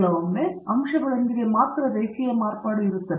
ಕೆಲವೊಮ್ಮೆ ಅಂಶಗಳೊಂದಿಗೆ ಮಾತ್ರ ರೇಖೀಯ ಮಾರ್ಪಾಡು ಇರುತ್ತದೆ